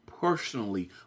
personally